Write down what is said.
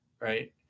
right